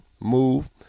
move